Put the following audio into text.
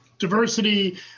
diversity